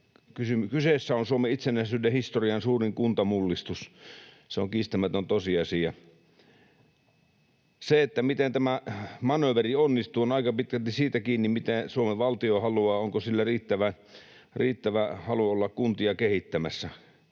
kyseessä on Suomen itsenäisyyden historian suurin kuntamullistus. Se on kiistämätön tosiasia. Se, miten tämä manööveri onnistuu, on aika pitkälti siitä kiinni, mitä Suomen valtio haluaa, onko sillä riittävä halu olla kuntia kehittämässä.